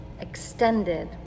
extended